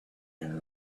man